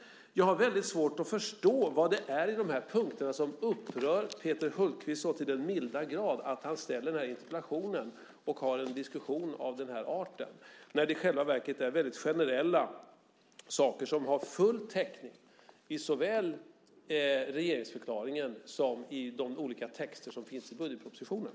Jag har väldigt svårt att förstå vad det är i de här punkterna som upprör Peter Hultqvist så till den milda grad att han ställer den här interpellationen och har en diskussion av den här arten, när det i själva verket är väldigt generella saker som har full täckning såväl i regeringsförklaringen som i de olika texter som finns i budgetpropositionen.